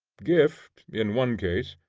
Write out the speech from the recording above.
gift in one case,